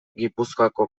gipuzkoako